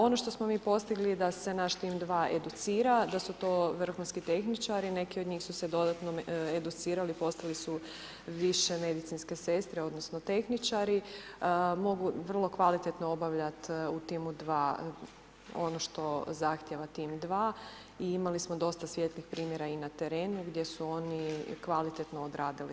Ono što smo mi postigli da se naš tim 2 educira, da su to vrhunski tehničari, neki od njih su se dodatno educirali, postali su više medicinske sestre odnosno tehničari, mogu vrlo kvalitetno obavljati u timu 2 ono što zahtjeva tim 2 i imali smo dosta svijetlih primjera na terenu gdje su oni kvalitetno odradili svoj posao.